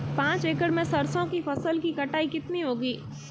पांच एकड़ में सरसों की फसल की कटाई कितनी होगी?